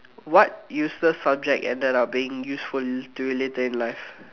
what useless subject ended up being useful to related in life